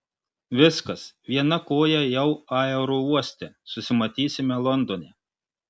viskas viena koja jau aerouoste susimatysime londone